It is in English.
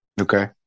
Okay